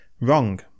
Wrong